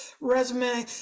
resume